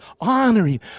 honoring